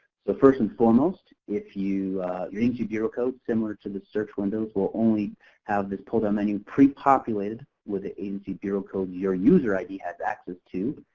so first and foremost, if your agency bureau codes similar to the search windows will only have this pull-down menu pre-populated with the agency bureau code, your user id has access to,